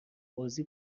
بازی